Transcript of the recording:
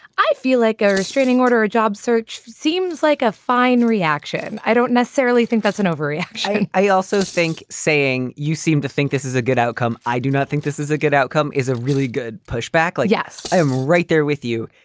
i feel like a restraining order. a job search seems like a fine reaction. i don't necessarily think that's an overreaction i also think saying you seem to think this is a good outcome. i do not think this is a good outcome is a really good pushback. like yes, i am right there with you.